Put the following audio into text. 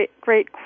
great